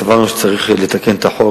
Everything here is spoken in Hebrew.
סברנו שצריך לתקן את החוק,